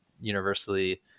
universally